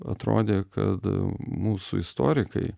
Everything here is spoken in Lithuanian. atrodė kad mūsų istorikai